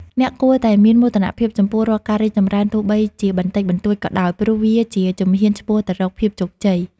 អ្នកគួរតែមានមោទនភាពចំពោះរាល់ការរីកចម្រើនទោះបីជាបន្តិចបន្តួចក៏ដោយ ព្រោះវាជាជំហានឆ្ពោះទៅរកភាពជោគជ័យ។